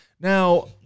now